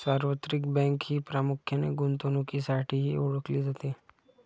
सार्वत्रिक बँक ही प्रामुख्याने गुंतवणुकीसाठीही ओळखली जाते